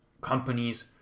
companies